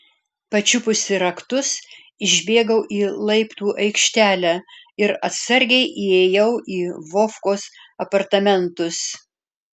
pačiupusi raktus išbėgau į laiptų aikštelę ir atsargiai įėjau į vovkos apartamentus